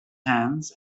hands